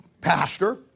Pastor